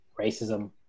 racism